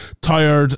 tired